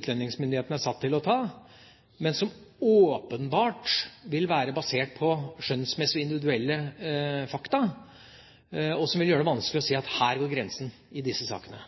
utlendingsmyndighetene er satt til å ta, men som åpenbart vil være basert på skjønnsmessige og individuelle fakta, og som vil gjøre det vanskelig å si at her går grensen i disse sakene.